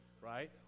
right